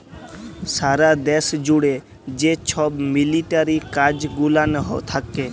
সারা দ্যাশ জ্যুড়ে যে ছব মিলিটারি কাজ গুলান থ্যাকে